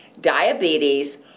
diabetes